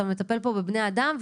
אתה מטפל פה בבני-אדם,